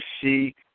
see